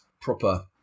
proper